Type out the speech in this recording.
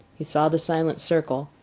he saw the silent circle,